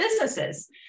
businesses